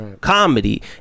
comedy